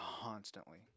constantly